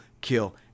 kill